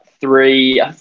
three